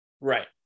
right